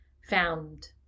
found